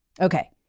Okay